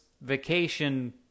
vacation